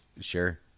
Sure